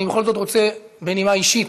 אני בכל זאת רוצה, בנימה אישית,